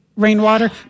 Rainwater